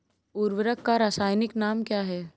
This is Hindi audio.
उर्वरक का रासायनिक नाम क्या है?